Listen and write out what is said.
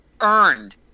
earned